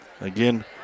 Again